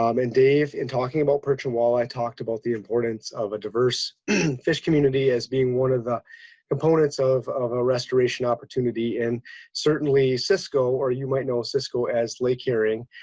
um and dave, in talking about perch and walleye, talked about the importance of a diverse fish community as being one of the components of of a restoration opportunity and certainly cisco or you might know cisco as lake herring,